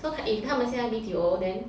so if 他们现在 B_T_O then